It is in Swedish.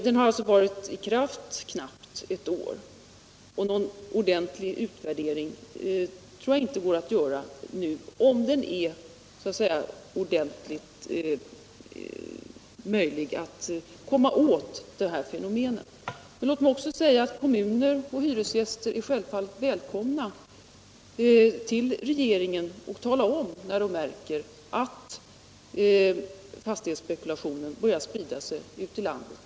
Den har alltså varit i kraft knappt ett år, och någon ordentlig utvärdering av vilka möjligheter den ger att komma åt det här fenomenet tror jag inte går att göra ännu. Kommuner och hyresgäster är självfallet välkomna att tala om för regeringen när de märker att fastighetsspekulationer börjar sprida sig ut i landet.